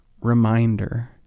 reminder